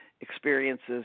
experiences